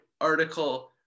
article